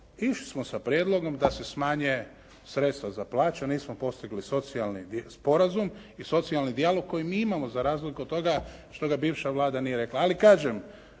Išli smo sa prijedlogom da se smanje sredstva za plaće. Nismo postigli socijalni sporazum i socijalni dijalog koji mi imamo za razliku od toga što ga bivša Vlada nije rekla. Ali kažem,